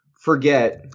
forget